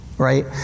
right